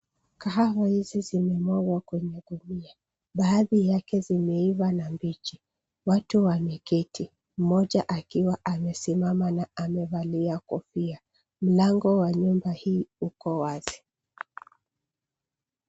Kahawa hizi zimemwagwa kwenye gunia. Baadhi yake zimeiva na mbichi. Watu wameketi, moja akiwa amesimama na amevalia kofia. Mlango wa nyumba hii uko wazi.